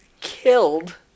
killed